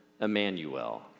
Emmanuel